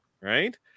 Right